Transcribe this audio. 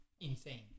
insane